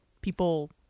people